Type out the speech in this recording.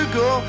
go